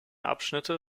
abschnitte